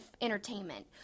entertainment